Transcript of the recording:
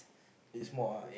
it's more ah